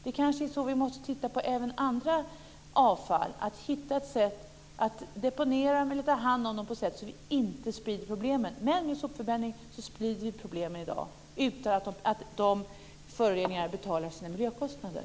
Det kanske är så vi måste göra även med annat avfall, att hitta ett sätt att deponera eller ta hand om det på ett sådant sätt att vi inte sprider problemen. Men med sopförbränning sprider vi problemen i dag utan att föroreningarna betalar sina miljökostnader.